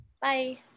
Bye